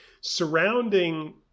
Surrounding